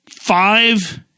five